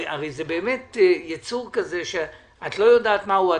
הרי זה באמת יצור כזה שאת לא יודעת מהו,